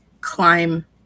climb